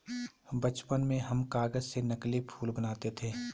बचपन में हम कागज से नकली फूल बनाते थे